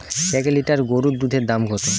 এক লিটার গোরুর দুধের দাম কত?